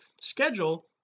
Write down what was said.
schedule